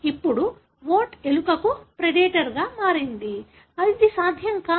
ఇప్పుడు వోట్ ఎలుకకు ప్రెడేటర్గా మారింది ఇది సాధ్యం కాదు